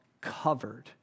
covered